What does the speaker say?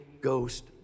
Ghost